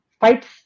fights